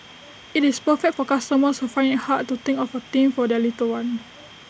IT is perfect for customers who find IT hard to think of A theme for their little one